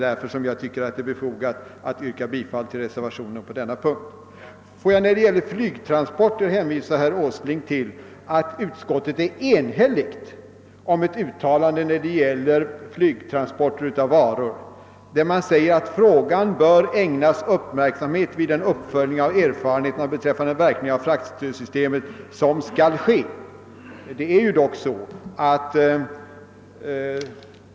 Därför anser jag det vara befogat att yrka bifall till reservationen på denna punkt. Får jag beträffande flygtransporter hänvisa herr Åsling till det faktum att utskottet är enhälligt i fråga om ett uttalande om flygtransport av varor. Det står bl.a. »att frågan bör ägnas uppmärksamhet vid den uppföljning av erfarenheterna beträffande verkningarna av fraktstödssystemet som skall ske».